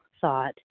thought